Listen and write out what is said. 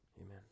amen